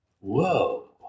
whoa